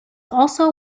also